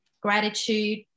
gratitude